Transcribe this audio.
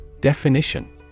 Definition